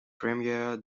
premier